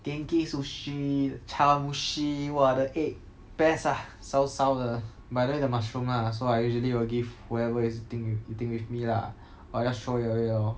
Genki Sushi chawanmushi !wah! the egg best ah 烧烧的 but then the mushroom lah so I usually will give whoever is eating with eating with me lah or I just throw it away lor